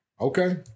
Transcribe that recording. Okay